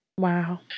Wow